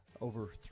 over